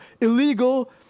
Illegal